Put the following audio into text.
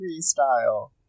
freestyle